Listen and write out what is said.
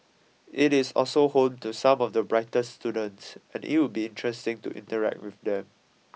it is also home to some of the brightest students and it would be interesting to interact with them